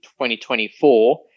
2024